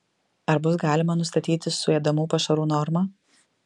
ar bus galima nustatyti suėdamų pašarų normą